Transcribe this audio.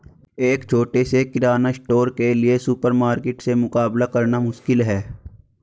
एक छोटे से किराना स्टोर के लिए सुपरमार्केट से मुकाबला करना मुश्किल है